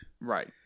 Right